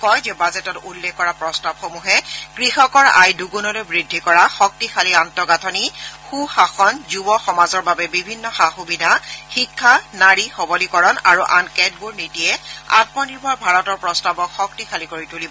তেওঁ কয় যে বাজেটত উল্লেখ কৰা প্ৰস্তাৱসমূহে কৃষকৰ আয় দুগুণলৈ বৃদ্ধি কৰা শক্তিশালী আন্ত গাঁথনি সু শাসন যুৱ সমাজৰ বাবে বিভিন্ন সা সুবিধা শিক্ষা নাৰী সবলীকৰণ আৰু আন কেতবোৰ নীতিয়ে আত্মনিৰ্ভৰ ভাৰতৰ প্ৰস্তাৱক শক্তিশালী কৰি তুলিব